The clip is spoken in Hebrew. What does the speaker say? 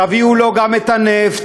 תביאו לו גם את הנפט,